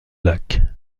lac